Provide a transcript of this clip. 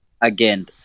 Again